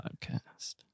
podcast